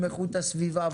עם המשרד להגנת הסביבה,